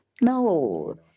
no